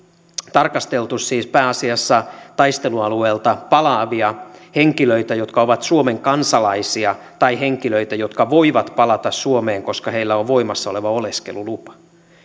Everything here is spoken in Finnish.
tarkasteltu siis pääasiassa taistelualueelta palaavia henkilöitä jotka ovat suomen kansalaisia tai henkilöitä jotka voivat palata suomeen koska heillä on voimassaoleva oleskelulupa